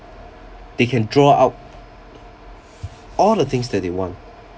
they can draw out all the things that they want